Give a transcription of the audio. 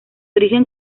origen